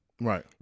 right